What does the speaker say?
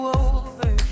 over